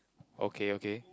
okay okay